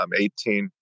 18